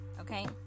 okay